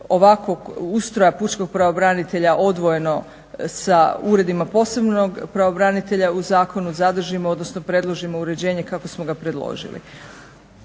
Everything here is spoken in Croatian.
ustroja pučkog pravobranitelj, odvojeno sa uredima posebnog pravobranitelja u zakonu zadržimo, odnosno predložimo uređenje kako smo ga predložili.